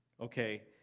Okay